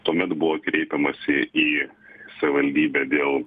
tuomet buvo kreipiamasi į savivaldybę dėl